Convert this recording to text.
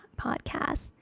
podcast